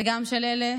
וגם של אלה